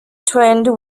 twinned